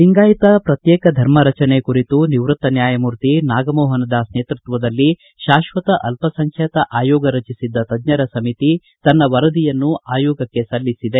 ಲಿಂಗಾಯತ ಪ್ರತ್ಯೇಕ ಧರ್ಮ ರಚನೆಯ ಕುರಿತು ನಿವೃತ್ತ ನ್ಯಾಯಮೂರ್ತಿ ನಾಗಮೋಹನ್ ದಾಸ್ ನೇತೃತ್ವದಲ್ಲಿ ಶಾಶ್ವತ ಅಲ್ಲಸಂಖ್ಯಾತ ಆಯೋಗ ರಚಿಸಿದ್ದ ತಜ್ಜರ ಸಮಿತಿ ತನ್ನ ವರದಿಯನ್ನು ಆಯೋಗಕ್ಕೆ ಸಲ್ಲಿಸಿದೆ